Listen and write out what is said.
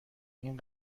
این